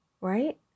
right